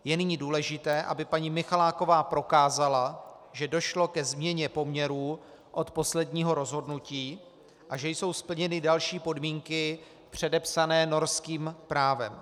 Je nyní důležité, aby paní Michaláková prokázala, že došlo ke změně poměrů od posledního rozhodnutí a že jsou splněny další podmínky předepsané norským právem.